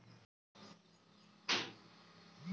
बैंकों में बैंकलूट से बचने के लिए आधुनिक उपकरण लगाए जाते हैं